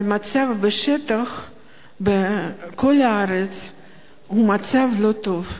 אבל המצב בשטח בכל הארץ הוא מצב לא טוב.